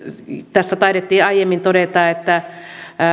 tässä taidettiin aiemmin todeta että